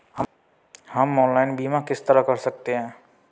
हम ऑनलाइन बीमा किस तरह कर सकते हैं?